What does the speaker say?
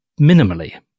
minimally